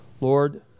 Lord